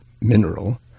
mineral